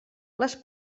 les